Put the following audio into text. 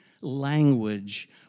language